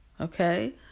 Okay